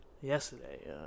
Yesterday